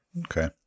Okay